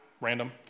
random